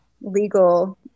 legal